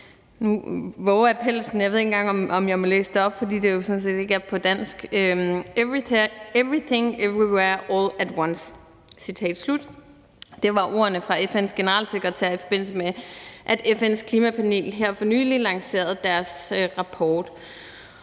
nu vover jeg pelsen – jeg ikke engang ved om jeg må læse op, fordi det jo sådan set ikke er på dansk: »... everything, everywhere, all at once.« Det var ordene fra FN's generalsekretær, i forbindelse med at FN's klimapanel her for nylig lancerede deres rapport.